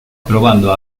probando